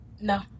No